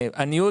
הניוד,